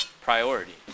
priority